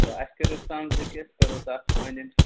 تہٕ اَسہِ کَریٚو سَنٛز زِ کہِ أسۍ کَرو تَتھ أنٛدۍ أنٛدۍ